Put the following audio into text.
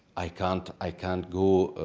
i can't i can't go